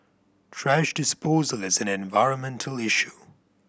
thrash disposal is an environmental issue